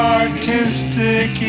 artistic